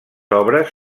obres